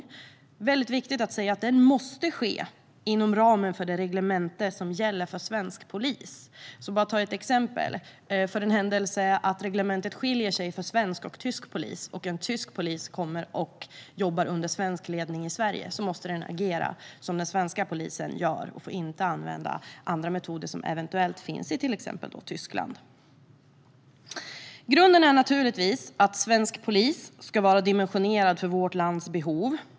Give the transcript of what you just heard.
Det är väldigt viktigt att säga att den måste ske inom ramen för det reglemente som gäller för svensk polis. Jag kan ta ett exempel. Om det är olika reglementen för svensk polis och tysk polis och en tysk polis kommer hit till Sverige och jobbar under svensk ledning måste den polisen agera som den svenska polisen gör och får inte använda andra metoder som eventuellt finns i Tyskland. Grunden är naturligtvis att svensk polis ska vara dimensionerad för vårt lands behov.